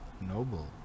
noble